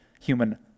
human